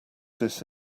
this